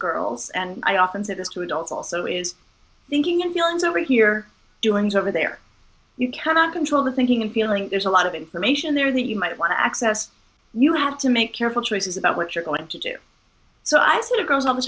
girls and i often say this to adults also is thinking in feelings over here doings over there you cannot control the thinking and feeling there's a lot of information there that you might want to access you have to make careful choices about what you're going to do so i sort of goes on the